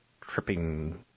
tripping